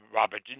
Robert